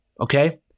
okay